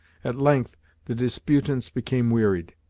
at length the disputants became wearied,